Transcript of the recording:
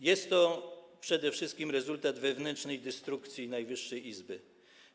Jest to przede wszystkim rezultat wewnętrznej destrukcji Najwyższej Izby Kontroli.